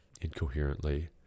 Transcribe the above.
incoherently